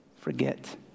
forget